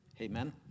Amen